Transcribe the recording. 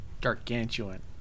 Gargantuan